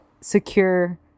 secure